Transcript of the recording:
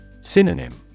Synonym